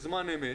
בזמן אמת,